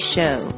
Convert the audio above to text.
Show